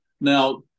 Now